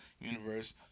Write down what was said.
universe